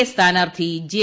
A സ്ഥാനാർത്ഥി J